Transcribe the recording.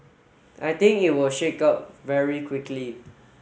I think it will shake out very quickly